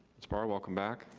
miss barr, welcome back.